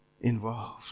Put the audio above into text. involved